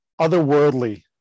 otherworldly